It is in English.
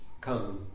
come